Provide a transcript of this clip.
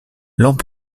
nomme